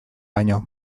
baino